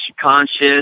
conscious